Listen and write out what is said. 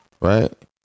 right